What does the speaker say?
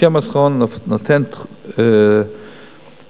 ההסכם האחרון נותן דחף